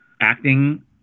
Acting